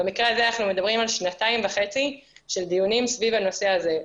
במקרה הזה אנחנו מדברים על שנתיים וחצי של דיונים סביב הנושא הזה,